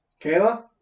kayla